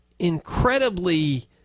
incredibly